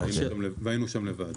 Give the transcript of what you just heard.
והיינו שם לבד.